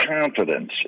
confidence